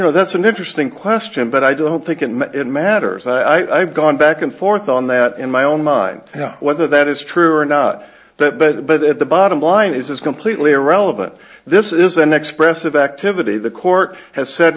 know that's an interesting question but i don't think it matters i've gone back and forth on that in my own mind whether that is true or not but but but at the bottom line is is completely irrelevant this is an expressive activity the court has said